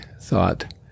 thought